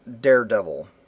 daredevil